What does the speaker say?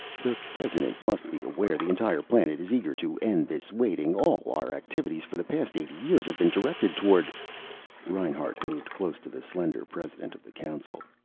the president must be aware the entire planet is eager to end this waiting. all our activities for the past eighty years have been directed toward reinhart moved close to the slender president of the council.